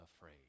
afraid